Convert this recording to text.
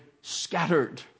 scattered